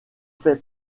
fait